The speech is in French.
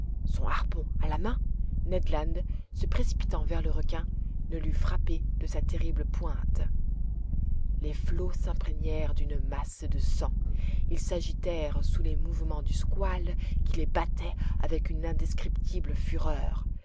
son harpon à la main ned land se précipitant vers le requin ne l'eût frappe de sa terrible pointe les flots s'imprégnèrent d'une masse de sang ils s'agitèrent sous les mouvements du squale qui les battait avec une indescriptible fureur